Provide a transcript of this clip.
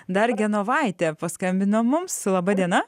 dar genovaitė paskambino mums laba diena